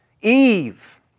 Eve